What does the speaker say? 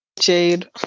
Jade